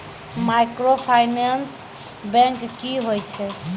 Microfinance bank की होय छै?